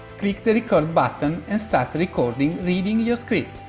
click the record button, and start recording reading your script.